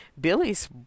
Billy's